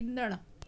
ईंदड़